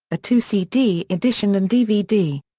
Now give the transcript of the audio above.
a two cd edition and dvd.